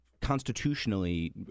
constitutionally